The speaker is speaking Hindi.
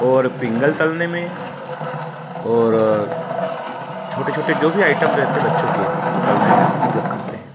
और पिंगल तलने में और छोटे छोटे जो भी आइटम रहते हैं बच्चों के उनको तलने में हम उपयोग करते हैं